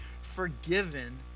forgiven